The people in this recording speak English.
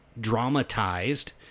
dramatized